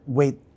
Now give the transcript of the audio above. wait